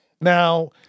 now